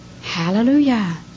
Hallelujah